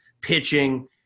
pitching